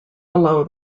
below